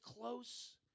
close